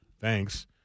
thanks